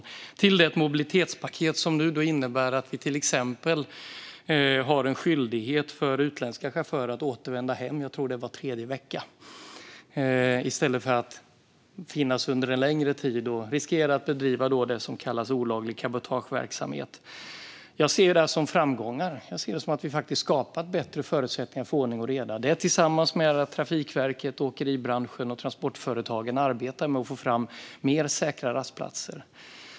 Därtill har vi ett mobilitetspaket som till exempel innebär en skyldighet för utländska chaufförer att återvända hem var tredje vecka, tror jag att det är, i stället för att finnas i landet under en längre tid och då riskera att bedriva det som kallas olaglig cabotageverksamhet. Jag ser det här som framgångar. Jag ser det som att vi faktiskt har skapat bättre förutsättningar för ordning och reda - det tillsammans med att Trafikverket, åkeribranschen och transportföretagen arbetar med att få fram fler säkra rastplatser.